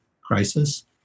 crisis